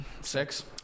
Six